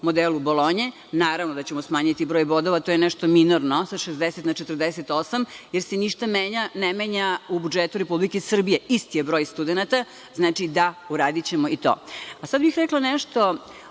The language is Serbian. modelu Bolonje, naravno da ćemo smanjiti broj bodova, to je nešto minorno, sa 60 na 48, jer se ništa ne menja u budžetu Republike Srbije. Isti je broj studenata. Znači, da, uradićemo i to. Sad bih rekla nešto